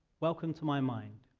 welcome to my mind.